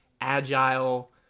agile